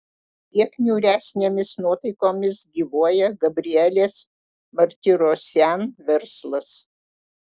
kiek niūresnėmis nuotaikomis gyvuoja gabrielės martirosian verslas